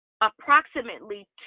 approximately